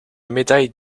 médaille